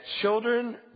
children